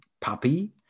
puppy